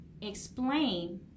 explain